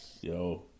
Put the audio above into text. Yo